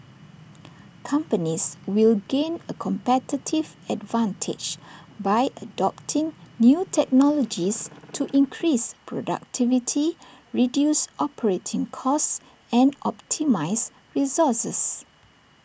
companies will gain A competitive advantage by adopting new technologies to increase productivity reduce operating costs and optimise resources